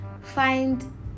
find